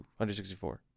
164